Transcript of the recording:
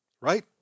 right